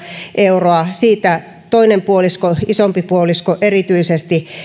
euroa siitä toinen puolisko isompi puolisko on erityisesti